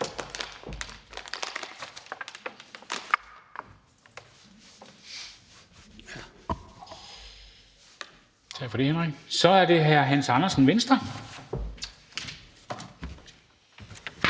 Så er det hr. Hans Andersen, Venstre.